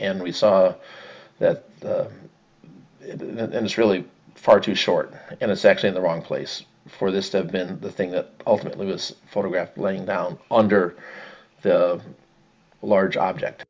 in we saw that and it's really far too short and it's actually in the wrong place for this to have been the thing that ultimately was photographed laying down under a large object